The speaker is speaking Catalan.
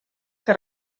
que